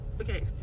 Okay